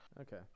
Okay